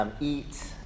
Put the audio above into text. Eat